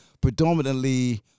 predominantly